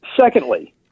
Secondly